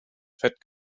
fett